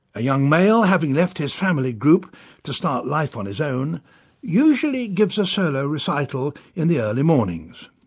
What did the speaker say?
a young male having left his family group to start life on his own usually gives a solo recital in the early mornings.